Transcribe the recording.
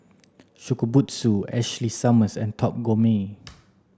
Shokubutsu Ashley Summers and Top Gourmet